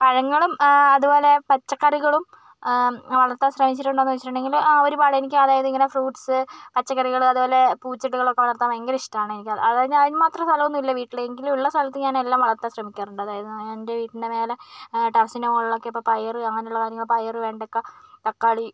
പഴങ്ങളും അതുപോലെ പച്ചക്കറികളും വളര്ത്താന് ശ്രമിച്ചിട്ടുണ്ടോ എന്ന് ചോദിച്ചുണ്ടെങ്കില് ആ ഒരുപാട് എനിക്ക് അതായത് ഇങ്ങനെ ഫ്രുട്സ് പച്ചക്കറികള് അതുപോലെ പൂച്ചെടികളൊക്കെ വളര്ത്താന് ഭയങ്കര ഇഷ്ടമാണ് എനിക്ക് അതായത് അതിനു മാത്രം സ്ഥലമൊന്നുമില്ല വീട്ടില് എങ്കിലും ഉള്ള സ്ഥലത്ത് ഞാന് എല്ലാം വളര്ത്താന് ശ്രമിക്കാറുണ്ട് അതായത് എൻ്റെ വീട്ടിന്റെ മേലെ ടെറസിൻ്റെ മുകളിലൊക്കെ ഇപ്പോൾ പയറ് അങ്ങനെയുള്ള കാര്യങ്ങള് പയറ് വെണ്ടയ്ക്ക തക്കാളി